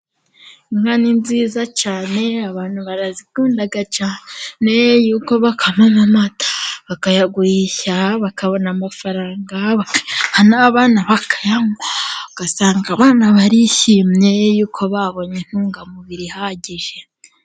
Inka ni nziza cyane abantu barazikunda cyane y'uko bakamamo amata bakayagurisha bakabona amafaranga, bakayaha n'abana bakayanywa ugasanga abana barishimye y'uko babonye intungamubiri ihagije.